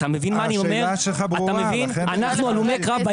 הלומי הקרב,